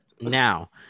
now